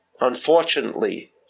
unfortunately